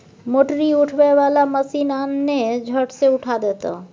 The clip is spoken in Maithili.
मोटरी उठबै बला मशीन आन ने झट सँ उठा देतौ